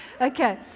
Okay